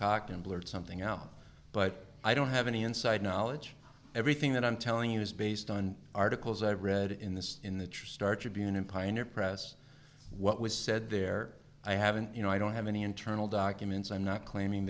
cocked and blurt something out but i don't have any inside knowledge everything that i'm telling you is based on articles i've read in the in the true star tribune in pioneer press what was said there i haven't you know i don't have any internal documents i'm not claiming